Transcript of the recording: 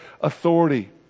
authority